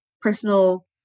personal